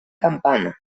campana